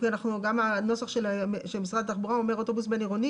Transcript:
גם הנוסח של משרד התחבורה אומר: אוטובוס בין עירוני